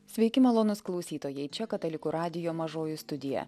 sveiki malonūs klausytojai čia katalikų radijo mažoji studija